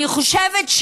אני חושבת,